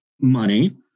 money